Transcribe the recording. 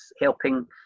helping